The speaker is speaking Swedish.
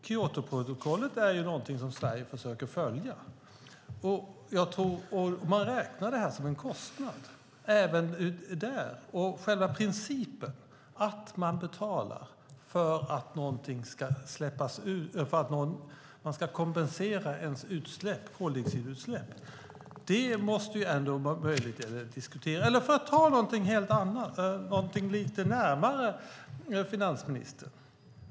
Kyotoprotokollet är ju någonting som Sverige försöker följa, och det här räknas som en kostnad även där. Själva principen att betala för att kompensera sitt koldioxidutsläpp måste ändå vara möjligt att diskutera. Eller vi kan ta något annat, något lite närmare finansministern.